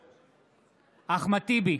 בעד אחמד טיבי,